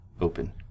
open